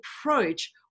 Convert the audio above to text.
approach